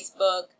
Facebook